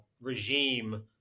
regime